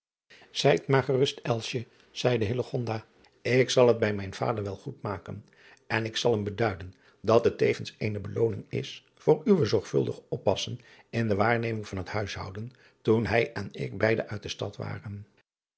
ijt maar gerust zeide ik zal het bij mijn vader wel goed maken en ik zal hem beduiden dat het tevens eene belooning is voor uw zorgvuldig oppassen in de waarneming van het huishouden toen hij en ik beide uit de stad waren